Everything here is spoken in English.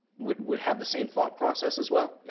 would would have the same thought process as well?